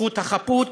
זכות החפות